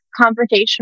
confrontational